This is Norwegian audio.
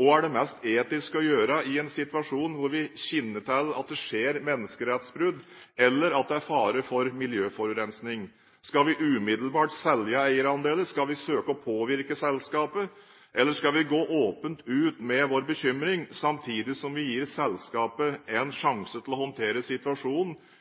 Hva er det mest etisk riktige å gjøre i en situasjon hvor vi kjenner til at det skjer menneskerettsbrudd, eller det er fare for miljøforurensning? Skal vi umiddelbart selge eierandeler, skal vi søke å påvirke selskapet, eller skal vi gå åpent ut med vår bekymring, samtidig som vi gir selskapet en